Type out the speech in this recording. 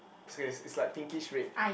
okay it's like pinkish red